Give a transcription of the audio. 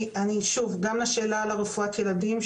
גם לגבי השאלה על רפואת הילדים,